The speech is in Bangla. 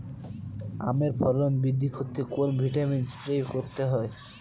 আমের ফলন বৃদ্ধি করতে কোন ভিটামিন স্প্রে করতে হয়?